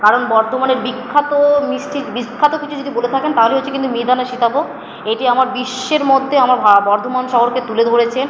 কারণ বর্ধমানে বিখ্যাত মিষ্টি বিখ্যাত কিছু যদি বলে থাকেন তাহলে হচ্ছে কিন্তু মিহিদানা সীতাভোগ এটি আমার বিশ্বের মধ্যে আমার বর্ধমান শহরকে তুলে ধরেছে